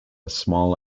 small